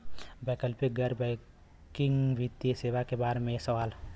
वैकल्पिक गैर बैकिंग वित्तीय सेवा के बार में सवाल?